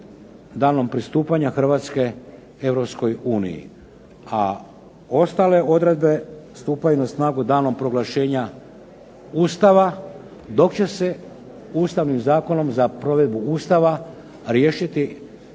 danom pristupanja Hrvatske Europskoj uniji, a ostale odredbe stupaju na snagu danom proglašenja Ustava dok će se Ustavnim zakonom za provedbu Ustava riješiti